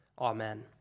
Amen